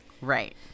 Right